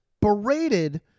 berated